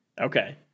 Okay